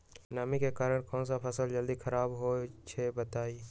नमी के कारन कौन स फसल जल्दी खराब होई छई बताई?